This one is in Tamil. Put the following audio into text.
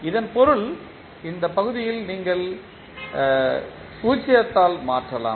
இதன் பொருள் இந்த பகுதியில் நீங்கள் 0 ஆல் மாற்றலாம்